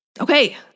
Okay